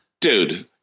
dude